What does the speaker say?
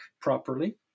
properly